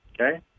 okay